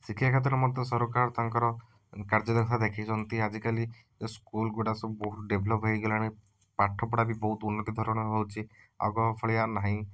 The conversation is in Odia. ଶିକ୍ଷାକ୍ଷେତ୍ରରେ ମଧ୍ୟ ସରକାର ତାଙ୍କର କାର୍ଯ୍ୟ ଦକ୍ଷତା ଦେଖାଇଛନ୍ତି ଆଜିକାଲି ସ୍କୁଲ୍ ଗୁଡ଼ା ସବୁ ବହୁତ୍ ଡେଭଲପ୍ ହେଇଗଲାଣି ପାଠପଢ଼ା ବି ବହୁତ୍ ଉନ୍ନତିଧରଣ ଆଗଭଳିଆ ଆଉ ନାହିଁ